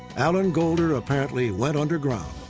alan golder apparently went underground.